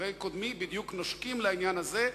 ודברי קודמי נושקים בדיוק לעניין הזה.